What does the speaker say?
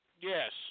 Yes